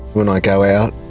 when i go out,